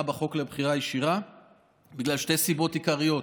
בחוק לבחירה ישירה בגלל שתי סיבות עיקריות.